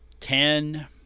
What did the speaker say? ten